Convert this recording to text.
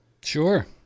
sure